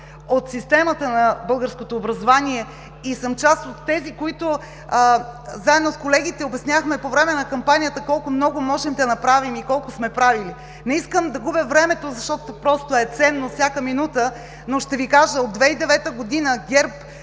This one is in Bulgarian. от системата на българското образование и заедно с колегите обяснявахме по време на кампанията колко много можем да направим и колко сме правили. Не искам да губя времето, защото просто всяка минута е ценна, но ще Ви кажа, че от 2009 г. ГЕРБ